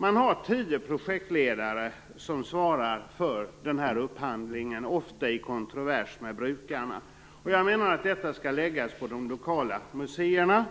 Man har tio projektledare som svarar för upphandlingen, ofta i kontrovers med brukarna. Jag menar att detta skall läggas på de lokala museerna.